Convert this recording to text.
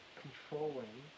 controlling